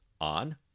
on